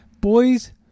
Boys